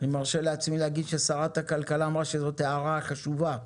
אני מרשה לעצמי להגיד ששרת הכלכלה אמרה שזאת הערה חשובה,